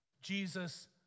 Jesus